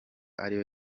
ariyo